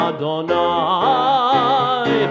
Adonai